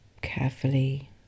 carefully